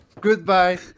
goodbye